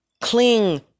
cling